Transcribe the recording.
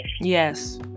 Yes